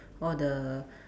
all the